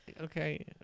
Okay